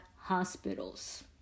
hospitals